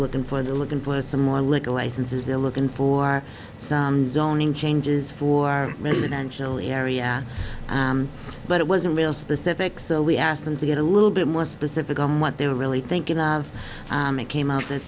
looking for the looking for some more liquor licenses they're looking for zoning changes for our residential area but it wasn't real specific so we asked them to get a little bit more specific on what they're really thinking of it came out that